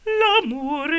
l'amour